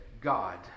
God